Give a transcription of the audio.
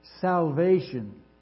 salvation